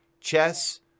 chess